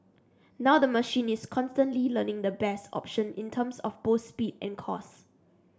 now the machine is constantly learning the best option in terms of both speed and cost